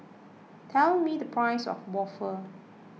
tell me the price of Waffle